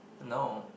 no